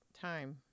time